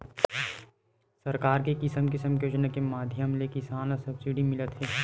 सरकार के किसम किसम के योजना के माधियम ले किसान ल सब्सिडी मिलत हे